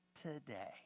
today